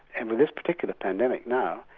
and with this particular pandemic now,